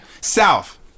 south